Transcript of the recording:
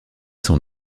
sont